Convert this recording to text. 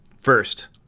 First